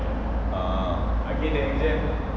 orh